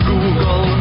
Google